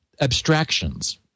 abstractions